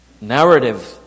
narrative